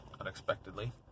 unexpectedly